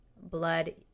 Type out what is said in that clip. blood